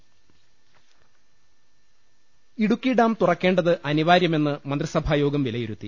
ങ്ങ ൽ ഇടുക്കി ഡാം തുറക്കേണ്ടത് അനിവാര്യമെന്ന് മന്ത്രിസഭാ യോഗം വിലയിരുത്തി